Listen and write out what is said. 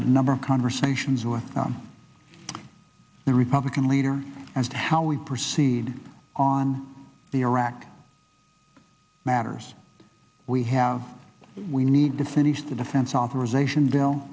had a number of conversations with him the republican leader as to how we proceed on the iraq matters we have we need to sneeze the defense authorization bill